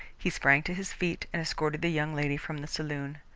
he sprang to his feet and escorted the young lady from the saloon.